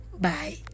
bye